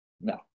No